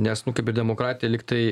nes nu kaip ir demokratija lyg tai